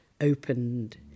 opened